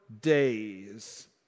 days